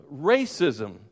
racism